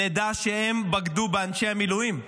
נדע שהם בגדו באנשי המילואים,